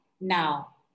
now